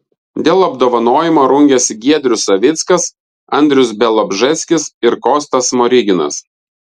dėl apdovanojimo rungėsi giedrius savickas andrius bialobžeskis ir kostas smoriginas